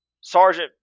Sergeant